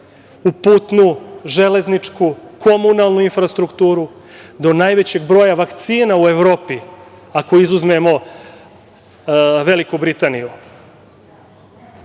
u putnu, železničku, komunalnu infrastrukturu, do najvećeg broja vakcina u Evropi, ako izuzmemo Veliku Britaniju.